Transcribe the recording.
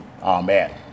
Amen